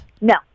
No